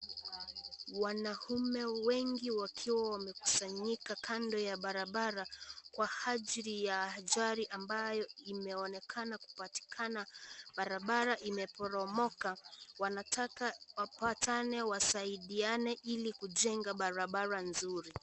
Wanaume wengi wakiwa wamekusanyika kando ya barabara kwa ajili ya ajali ambayo imeonekana kupatikana. Barabara imeporomoka. Wanataka wapatane wasaidiane ili kujenga barabara nzuri.